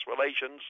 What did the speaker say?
Relations